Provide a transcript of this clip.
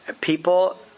people